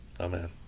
amen